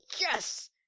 yes